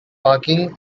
parking